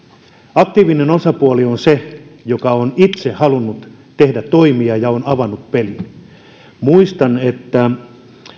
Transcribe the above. aktiivinen osapuoli on se joka on itse halunnut tehdä toimia ja avannut pelin muistan että